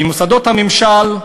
במוסדות הממשל,